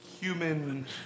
human